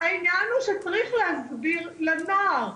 העניין הוא שצריך להסביר לנוער,